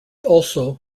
also